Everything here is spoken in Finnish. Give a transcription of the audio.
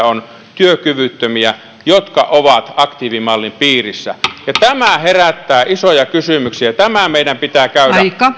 on työkyvyttömiä jotka ovat aktiivimallin piirissä tämä herättää isoja kysymyksiä tämä meidän pitää käydä